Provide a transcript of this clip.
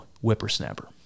whippersnapper